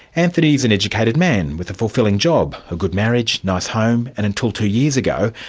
anthony is an educated man with a fulfilling job, a good marriage, nice home, and until two years ago,